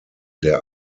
der